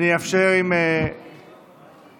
אני אאפשר, אם תרצו,